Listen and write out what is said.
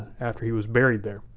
after he was buried there.